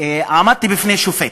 עמדתי בפני שופט.